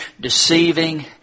deceiving